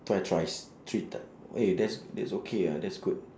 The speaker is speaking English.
twi~ thrice three time !oi! that's that's okay ah that's good